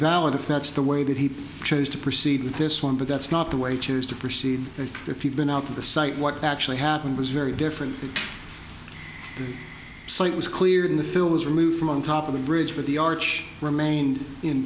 valid if that's the way that he chose to proceed with this one but that's not the way chose to proceed and if you've been out to the site what actually happened was very different so it was clear in the film was removed from on top of the bridge but the arch remained in